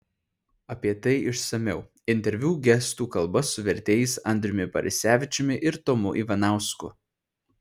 apie tai išsamiau interviu gestų kalba su vertėjais andriumi barisevičiumi ir tomu ivanausku